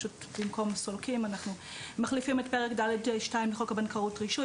אנחנו מחליפים את פרק ד'2 לחוק הבנקאות (רישוי),